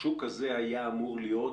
השוק הזה היה אמור להיות